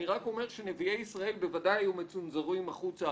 אני רק אומר שנביאי ישראל ודאי היו מצונזרים החוצה